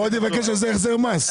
הוא עוד יבקש על זה החזר מס.